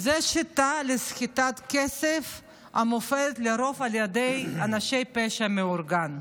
זו שיטה לסחיטת כסף המופעלת לרוב על ידי אנשי פשע מאורגן.